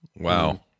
Wow